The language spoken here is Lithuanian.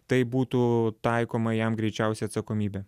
tai būtų taikoma jam greičiausia atsakomybė